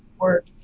work